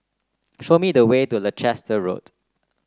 show me the way to Leicester Road